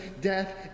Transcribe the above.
death